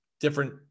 different